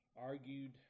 argued